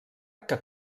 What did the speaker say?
que